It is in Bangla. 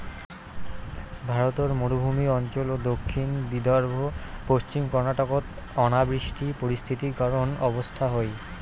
ভারতর মরুভূমি অঞ্চল ও দক্ষিণ বিদর্ভ, পশ্চিম কর্ণাটকত অনাবৃষ্টি পরিস্থিতি করুণ অবস্থা হই